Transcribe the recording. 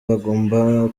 bagomba